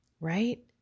Right